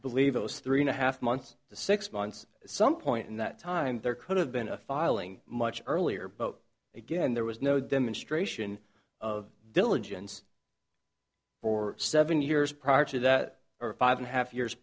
believe it was three and a half months to six months at some point in that time there could have been a filing much earlier boat again there was no demonstration of diligence for seven years prior to that or a five and a half years